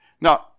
Now